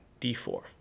d4